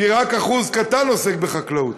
כי רק אחוז קטן עוסק בחקלאות,